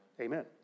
Amen